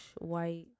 white